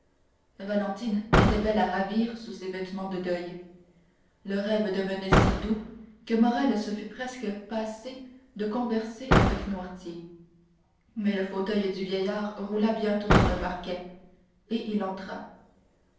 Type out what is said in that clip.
valentine était belle à ravir sous ses vêtements de deuil le rêve devenait si doux que morrel se fût presque passé de converser avec noirtier mais le fauteuil du vieillard roula bientôt sur le parquet et il entra